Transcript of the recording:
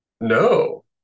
No